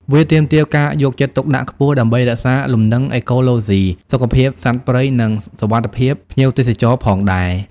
វាទាមទារការយកចិត្តទុកដាក់ខ្ពស់ ដើម្បីរក្សាលំនឹងអេកូឡូស៊ី សុខភាពសត្វព្រៃ និងសុវត្ថិភាពភ្ញៀវទេសចរផងដែរ។